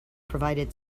provided